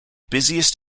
busiest